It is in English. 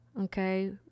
Okay